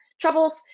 troubles